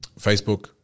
Facebook